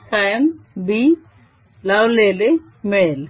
13χm b लावलेले मिळेल